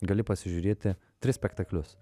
gali pasižiūrėti tris spektaklius